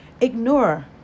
ignore